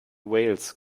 wales